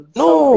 no